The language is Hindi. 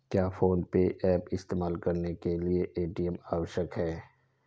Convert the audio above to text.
क्या फोन पे ऐप इस्तेमाल करने के लिए ए.टी.एम आवश्यक है?